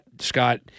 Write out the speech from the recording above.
Scott